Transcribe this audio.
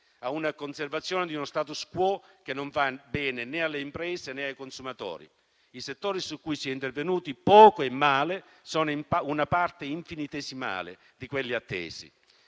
alla conservazione di uno *status quo* che non fa bene né alle imprese, né ai consumatori. I settori su cui si è intervenuti poco e male sono una parte infinitesimale di quelli attesi.